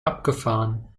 abgefahren